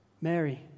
Mary